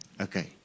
Okay